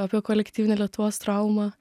apie kolektyvinę lietuvos traumą